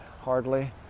hardly